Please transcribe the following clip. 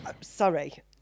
sorry